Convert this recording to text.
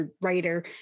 writer